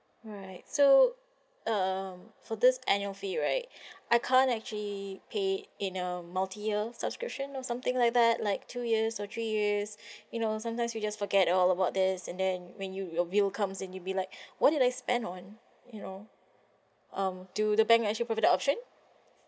alright so um for this annual fee right I can't actually paid in um multi-year subscription or something like that like two years or three years you know sometimes we just forget all about this and then when you your bill comes in you be like what did I spend on you know um do the bank actually provide the option